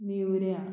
न्युऱ्या